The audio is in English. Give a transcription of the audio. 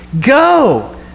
go